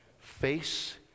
face